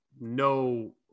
no